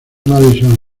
madison